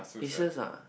Acers ah